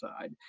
side